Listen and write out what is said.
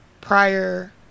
prior